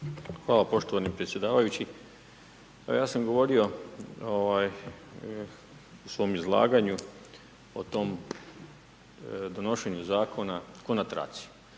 Hvala poštovani predsjedavajući, pa ja sam govorio ovaj u svom izlaganju o tom donošenju zakona ko na traci.